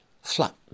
flat